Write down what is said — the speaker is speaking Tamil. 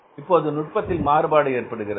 இப்போது நுட்பத்தில் மாறுபாடு ஏற்படுகிறது